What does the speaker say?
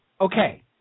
okay